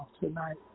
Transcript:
tonight